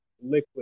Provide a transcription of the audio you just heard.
liquid